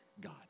God